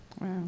Wow